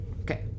Okay